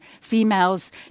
females